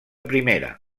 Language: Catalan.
primera